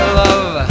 love